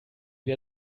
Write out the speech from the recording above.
wir